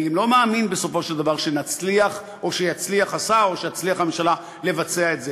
אני לא מאמין בסופו של דבר שיצליח השר או שתצליח הממשלה לבצע את זה,